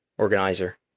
organizer